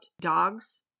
dogs